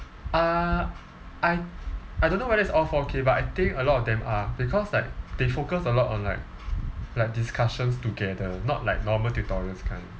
uh I I don't know whether it's all four K but I think a lot of them are because like they focus a lot on like like discussions together not like normal tutorials kind